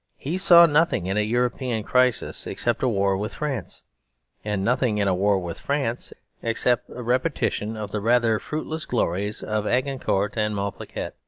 he saw nothing in a european crisis except a war with france and nothing in a war with france except a repetition of the rather fruitless glories of agincourt and malplaquet.